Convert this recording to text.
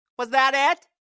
was that it?